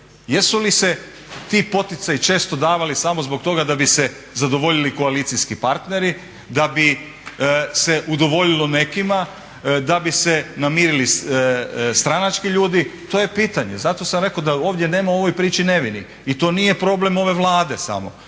Jesu li se ti poticaji često davali samo zbog toga da bi se zadovoljili koalicijski partneri, da bi se udovoljilo nekima, da bi se namirili stranački ljudi, to je pitanje. Zato sam rekao da nema ovdje u ovoj priči nevinih i to nije problem ove Vlade samo,